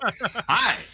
Hi